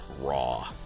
Raw